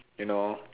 you know